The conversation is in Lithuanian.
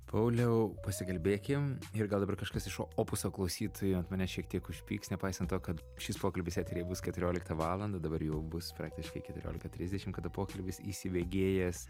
pauliau pasikalbėkim ir gal dabar kažkas iš o opuso klausytojų ant manęs šiek tiek užpyks nepaisant to kad šis pokalbis eteryje bus keturioliktą valandą dabar jau bus praktiškai keturiolika trisdešim kada pokalbis įsibėgėjęs